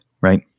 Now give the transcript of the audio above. right